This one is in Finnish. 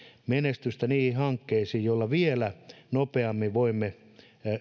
menestystä niihin hankkeisiin joilla vielä nopeammin voimme